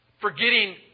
Forgetting